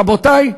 רבותי,